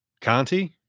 conti